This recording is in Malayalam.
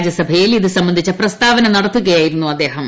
രാജ്യസ്ട്രിൽ ഇത് സംബന്ധിച്ച പ്രസ്താവന നടത്തുകയായിരുന്നു അദ്ദേഹം